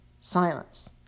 Silence